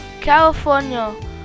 California